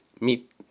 Meet